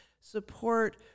support